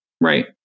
Right